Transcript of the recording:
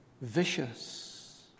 vicious